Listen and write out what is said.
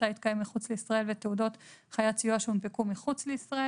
התקיים מחוץ לישראל ותעודות חיית סיוע שהונפקו מחוץ לישראל".